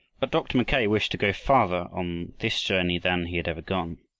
but dr. mackay wished to go farther on this journey than he had ever gone.